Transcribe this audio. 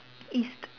east